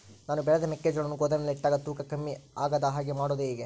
ನಾನು ಬೆಳೆದ ಮೆಕ್ಕಿಜೋಳವನ್ನು ಗೋದಾಮಿನಲ್ಲಿ ಇಟ್ಟಾಗ ತೂಕ ಕಮ್ಮಿ ಆಗದ ಹಾಗೆ ಮಾಡೋದು ಹೇಗೆ?